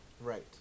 Right